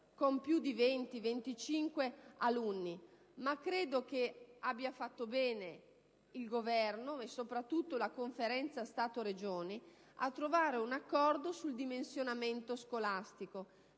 con più di 20-25 alunni; tuttavia credo abbiano fatto bene il Governo e, soprattutto, la Conferenza Stato-Regioni a trovare un accordo sul dimensionamento scolastico.